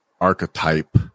archetype